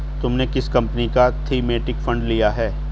तुमने किस कंपनी का थीमेटिक फंड लिया है?